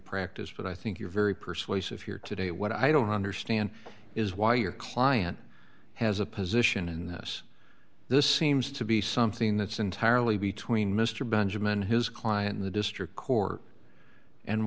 practice but i think you're very persuasive here today what i don't understand is why your client has a position in this this seems to be something that's entirely between mr benjamin his client and the district court and